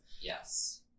yes